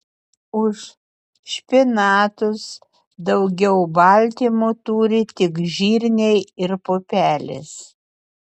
už špinatus daugiau baltymų turi tik žirniai ir pupelės